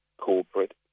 corporate